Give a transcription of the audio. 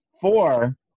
four